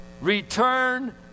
return